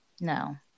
No